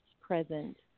present